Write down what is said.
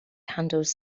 handles